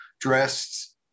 dressed